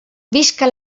visca